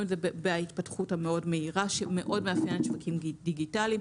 את זה בהתפתחות המאוד מהירה שמאוד מאפיינת שווקים דיגיטליים.